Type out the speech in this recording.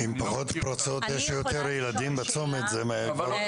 עם פרצות יש יותר ילדים בצומת וזה --- אני יכולה לשאול שאלה?